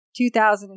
2000